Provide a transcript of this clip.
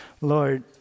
lord